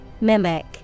Mimic